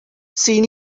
seen